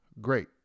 great